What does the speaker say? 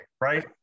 Right